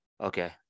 okay